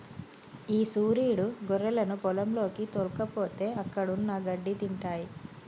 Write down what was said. ఈ సురీడు గొర్రెలను పొలంలోకి తోల్కపోతే అక్కడున్న గడ్డి తింటాయి